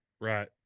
Right